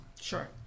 Sure